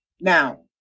Now